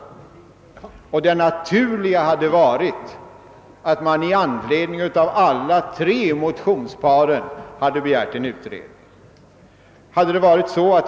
Det naturliga hade varit att man i anledning av alla tre motionerna hade begärt en utredning.